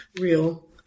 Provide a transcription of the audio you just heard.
real